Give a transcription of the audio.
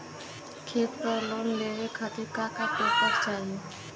खेत पर लोन लेवल खातिर का का पेपर चाही?